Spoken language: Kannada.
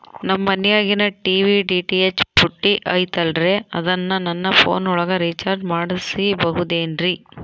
ನಮ್ಮ ಮನಿಯಾಗಿನ ಟಿ.ವಿ ಡಿ.ಟಿ.ಹೆಚ್ ಪುಟ್ಟಿ ಐತಲ್ರೇ ಅದನ್ನ ನನ್ನ ಪೋನ್ ಒಳಗ ರೇಚಾರ್ಜ ಮಾಡಸಿಬಹುದೇನ್ರಿ?